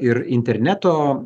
ir interneto